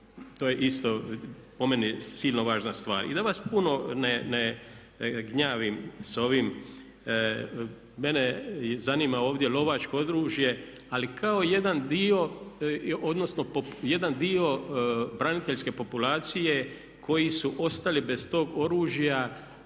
to je isto po meni silno važna stvar. I da vas puno ne gnjavim s ovim, mene zanima ovdje lovačko oružje ali kao jedan dio, odnosno jedan dio braniteljske populacije koji su ostali bez tog oružja,